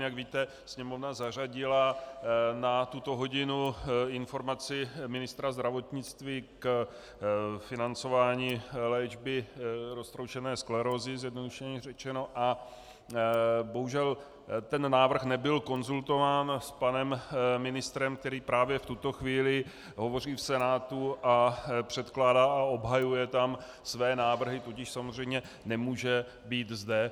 Jak víte, Sněmovna zařadila na tuto hodinu informaci ministra zdravotnictví k financování léčby roztroušené sklerózy, zjednodušeně řečeno, a bohužel ten návrh nebyl konzultován s panem ministrem, který právě v tuto chvíli hovoří v Senátu a předkládá a obhajuje tam své návrhy, tudíž samozřejmě nemůže být zde.